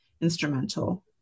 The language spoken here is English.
instrumental